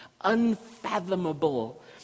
unfathomable